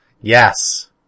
Yes